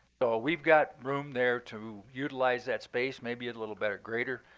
so we've got room there to utilize that space, maybe a little better grader,